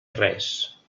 res